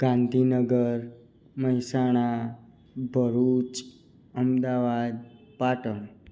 Gandhinagar Mehsana Bharuch Ahmedabad Patan